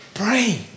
Pray